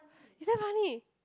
is damn funny